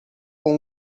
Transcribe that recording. com